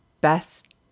best